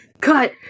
cut